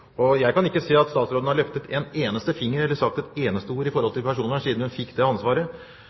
Jeg kan ikke se at statsråden har løftet en eneste finger eller sagt et eneste ord om personvern siden hun fikk det ansvaret.